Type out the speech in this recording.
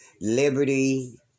liberty